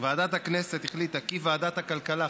ועדת הכנסת החליטה כי ועדת הכלכלה,